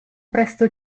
presto